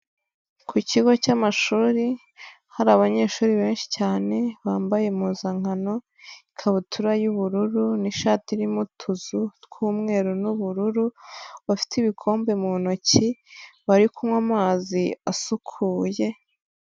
Ku kigo cy'amashuri, hari abanyeshuri benshi cyane bambaye impuzankano, ikabutura y'ubururu n'ishati irimo utuzu tw'umweru n'ubururu, bafite ibikombe mu ntoki bari kunywa amazi asukuye.